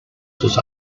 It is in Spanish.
sus